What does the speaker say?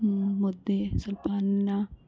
ಹ್ಞೂ ಮುದ್ದೆ ಸ್ವಲ್ಪ ಅನ್ನ